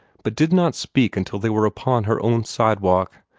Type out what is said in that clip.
but did not speak until they were upon her own sidewalk.